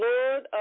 Lord